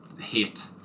Hate